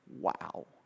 Wow